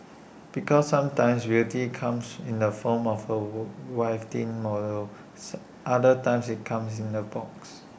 because sometimes beauty comes in the form of A waif thin model other times IT comes in A box